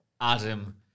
Adam